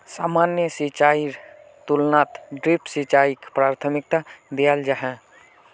सामान्य सिंचाईर तुलनात ड्रिप सिंचाईक प्राथमिकता दियाल जाहा